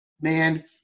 Man